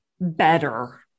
better